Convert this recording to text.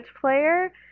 player